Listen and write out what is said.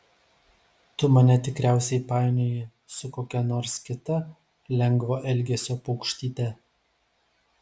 tu mane tikriausiai painioji su kokia nors kita lengvo elgesio paukštyte